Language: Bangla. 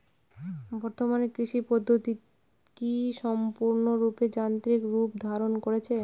বর্তমানে কৃষি পদ্ধতি কি সম্পূর্ণরূপে যান্ত্রিক রূপ ধারণ করেছে?